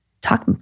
Talk